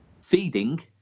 Feeding